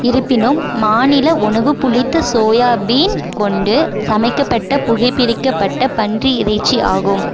இருப்பினும் மாநில உணவு புளித்த சோயா பீன் கொண்டு சமைக்கப்பட்ட புகைபிடிக்கப்பட்ட பன்றி இறைச்சி ஆகும்